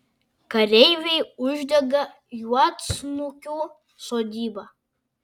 kareiviai uždega juodsnukių sodybą